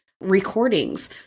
recordings